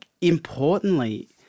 importantly